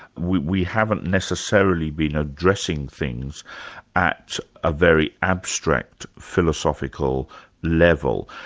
we we haven't necessarily been addressing things at a very abstract philosophical level.